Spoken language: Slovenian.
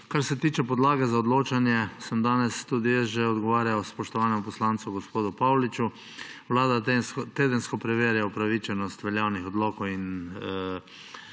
Kar se tiče podlage za odločanje, sem danes že odgovarjal tudi spoštovanemu poslancu gospodu Pauliču. Vlada tedensko preverja upravičenost veljavnih odlokov in